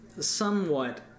Somewhat